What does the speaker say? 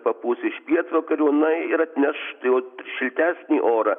papūs iš pietvakarių na ir atneš jau šiltesnį orą